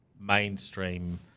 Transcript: mainstream